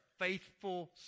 faithful